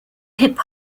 hip